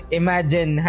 imagine